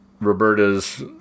Roberta's